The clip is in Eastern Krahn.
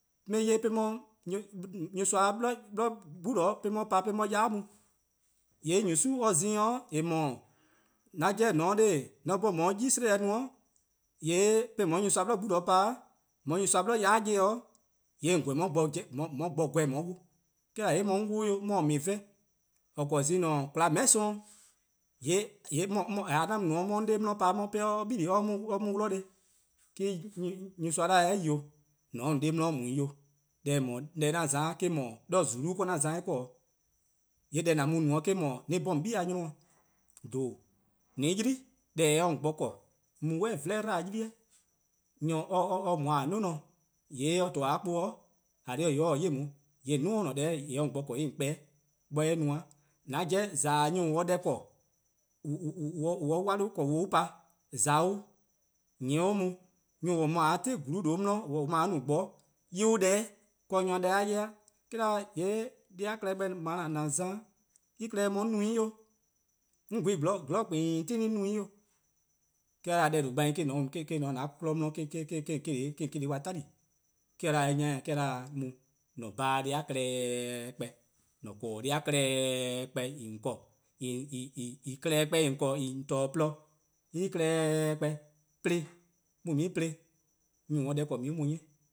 'On 'ye 'ye 'de :on 'ye 'de nyorsoa-a' 'ble yai' mu-eh, :yusu' :za-ih 'weh :eh :mor, :an 'jeh :dao' :mor :an 'bhorn :on 'ye 'yi 'sleh-deh no 'de :on 'ye 'de nyorsoa-a' 'bli 'gbu pa, 'de :on 'ye 'de nyorsoa-a' 'bli yai' 'ye, :yee' :on :korn :on 'ye gbor :gweh :on 'ye 'wluh, 'de or 'da :yee' mor 'on 'wluh 'o 'mor :or me-a 'vehn, ;or :korn zon+ no-a :kwlaa :meheh' 'sorn, :ka 'an mu no 'de 'on 'ye 'de 'on 'de 'di pa 'de or 'ye 'on 'wluh :neh? 'De nyorsoa 'da 'kei 'o :on se 'de :on 'de 'di mu 'i 'o, deh 'an za-a eh :mor, 'de :zulu-' 'de :wor 'an za-dih :neh 'o, :yee' deh :an mu-a no-: :an 'bhorn-' :on 'be-a 'nyor, :dhoo, :an-a 'yli-', deh se 'o :on bo :korn mu 'vla-eh 'dlu-dih 'yli-eh, nyor or mu-a 'nior or to-a 'o 'kpuh or 'ye on :yee' :on 'duo: or-: deh :eh se-a 'o :on bo :korn :yee' :on 'kpa 'bor eh no-a, :an 'jeh :za-dih nyor :on se-a deh 'ble-', :on se-a 'wla 'ble :on 'ye-a pa :za-dih-uh, nyor+ :on 'di-a :gluun: :due' 'di, :on :ne mor a no-a :gbor, 'ye-ih 'deh-', :nyor deh-' 'ye-eh, 'de or 'dr :yee' deh-a klehkpeh :daa :an za-a' 'on no-ih 'o, on :gweh-ih 'zorn klehkpeh 'on no-ih 'o, 'de or 'da deh :due' gbai' eh-: :ne 'de :an-a' 'kmo 'di eh-: 'on se-dih 'tali. 'De or 'de eh 'nyene :eh?, 'de or 'da, mu :an-a'a: bhaan deh+-a klehkpeh, :an :korn :deh+-a klehkpeh :on 'ble-a', :en klehkpeh :on :kpa-dih-a :porluh, en-a klehkpeh plo-ih, mu :on 'ye-ih plo :nyor :on se-a deh :korn :on 'ye-ih-uh 'nyi.